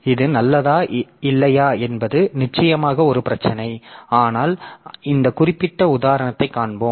இது நல்லதா அல்லது கெட்டதா என்பது நிச்சயமாக ஒரு பிரச்சினை ஆனால் இந்த குறிப்பிட்ட உதாரணத்தை காண்போம்